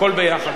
הכול ביחד.